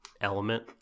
element